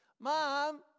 Mom